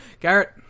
Garrett